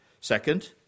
Second